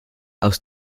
aus